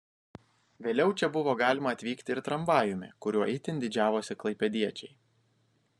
vėliau čia buvo galima atvykti ir tramvajumi kuriuo itin didžiavosi klaipėdiečiai